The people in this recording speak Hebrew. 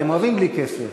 אתם אוהבים בלי כסף.